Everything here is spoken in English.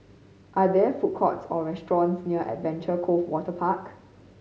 are there food courts or restaurants near Adventure Cove Waterpark